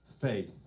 faith